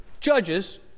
judges